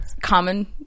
common